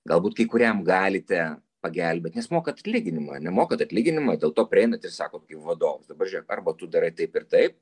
galbūt kai kuriam galite pagelbėt nes mokat atlyginimą ane mokat atlyginimą dėl to prieinat ir sakot kaip vadovas dabar žiūrėk arba tu darai taip ir taip